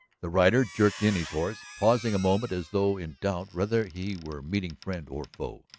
the rider jerked in his horse, pausing a moment as though in doubt whether he were meeting friend or foe.